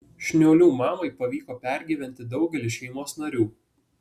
šniuolių mamai pavyko pergyventi daugelį šeimos narių